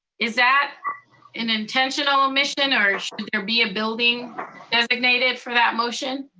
is that an intentional omission, or should there be a building designated for that motion?